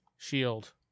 Shield